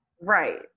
Right